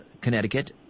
Connecticut